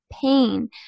pain